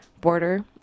border